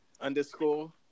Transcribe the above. underscore